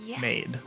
made